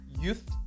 Youth